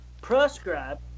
prescribe